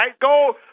Go